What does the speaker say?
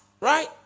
right